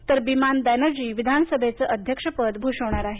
तर बिमान बॅनर्जी विधानसभेचं अध्यक्षपद भूषवणार आहेत